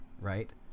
right